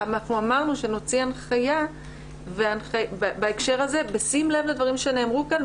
אנחנו אמרנו שנוציא הנחיה בהקשר הזה בשים לב לדברים שנאמרו כאן,